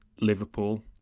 Liverpool